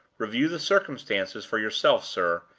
review the circumstances for yourself, sir,